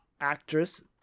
actress